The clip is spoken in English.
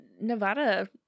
Nevada